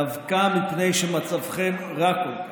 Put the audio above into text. דווקא מפני שמצבכם רע כל כך.